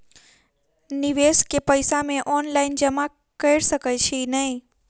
निवेश केँ पैसा मे ऑनलाइन जमा कैर सकै छी नै?